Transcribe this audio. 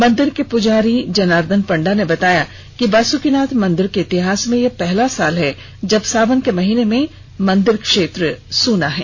मंदिर के पुजारी जनार्दन पंडा ने बताया कि बासुकिनाथ मंदिर के इतिहास में यह पहला साल है जब सावन के महीने में पूरा मंदिर क्षेत्र सूना है